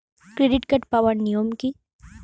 Credit card পাওয়ার নিয়ম কী?